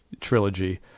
trilogy